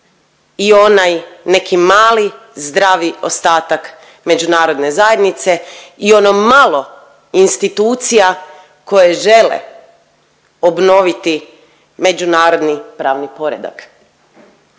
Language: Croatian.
i onaj neki mali zdravi ostatak međunarodne zajednice i ono malo institucija koje žele obnoviti međunarodni pravni poredak.